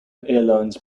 airlines